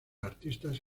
artistas